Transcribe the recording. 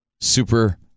Super